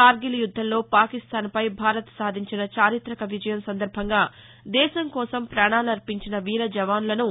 కార్గిల్ యుద్దంలో పాకిస్టాన్పై భారత్ సాధించిన చారిత్రక విజయం సందర్బంగా దేశం కోసం పాణాలు అర్పించిన వీర జవాసులను